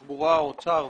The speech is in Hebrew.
התחבורה, האוצר והמשפטים.